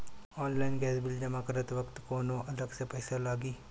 Online gas bill जमा करत वक्त कौने अलग से पईसा लागी?